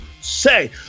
say